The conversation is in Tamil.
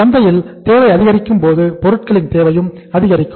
சந்தையில் தேவை அதிகரிக்கும் போது பொருட்களின் தேவையும் அதிகரிக்கும்